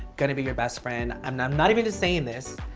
gonna be your best friend. i'm not i'm not even just saying this,